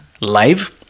live